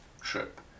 trip